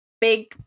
big